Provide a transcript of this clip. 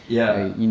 ya